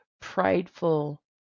prideful